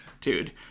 dude